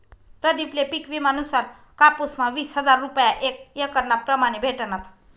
प्रदीप ले पिक विमा नुसार कापुस म्हा वीस हजार रूपया एक एकरना प्रमाणे भेटनात